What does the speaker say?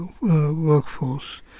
workforce